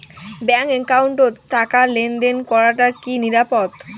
Bank একাউন্টত টাকা লেনদেন করাটা কি নিরাপদ?